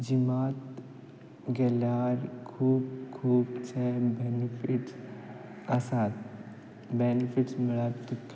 जिमात गेल्यार खूब खुबशे बॅनिफिट्स आसात बॅनिफिट्स म्हळ्यार तुक